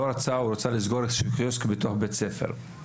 לא רצה או רצה לסגור קיוסק בתוך בית ספר.